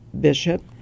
Bishop